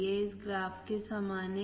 यह इस ग्राफ के समान है